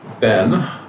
Ben